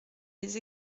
les